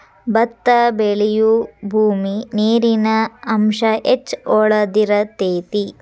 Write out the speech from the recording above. ಬತ್ತಾ ಬೆಳಿಯುಬೂಮಿ ನೇರಿನ ಅಂಶಾ ಹೆಚ್ಚ ಹೊಳದಿರತೆತಿ